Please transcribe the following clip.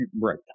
Right